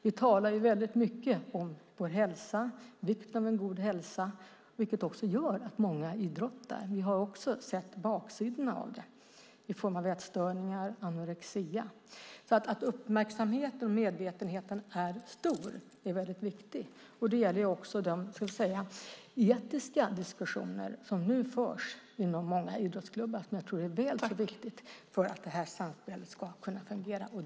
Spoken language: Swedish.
Vi talar mycket om vår hälsa och vikten av en god hälsa, vilket gör att många idrottar. Vi har också sett baksidorna av det, i form av ätstörningar och anorexi. Att uppmärksamheten och medvetenheten är stor är väldigt viktigt. Det gäller också de etiska diskussioner som nu förs inom många idrottsklubbar, som jag tror är väl så viktiga för att det här samspelet ska kunna fungera.